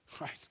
Right